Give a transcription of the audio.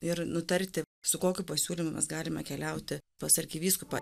ir nutarti su kokiu pasiūlymu mes galime keliauti pas arkivyskupą